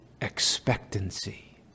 expectancy